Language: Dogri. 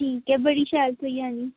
ठीक ऐ बड़ी शैल थोई जानी